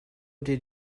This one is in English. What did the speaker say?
did